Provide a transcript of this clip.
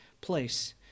place